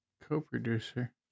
Co-producer